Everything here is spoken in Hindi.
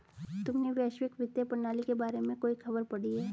तुमने वैश्विक वित्तीय प्रणाली के बारे में कोई खबर पढ़ी है?